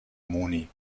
moni